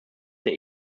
der